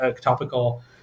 topical